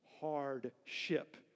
hardship